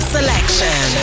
Selection